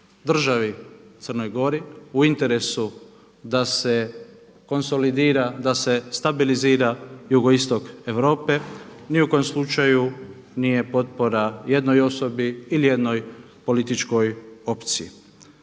državi Crnoj Gori u interesu da se konsolidira, da se stabilizira jugoistok Europe. Ni u kom slučaju nije potpora jednoj osobi ili jednoj političkoj opciji.